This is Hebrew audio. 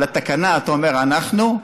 על התקנה אתה אומר: אנחנו,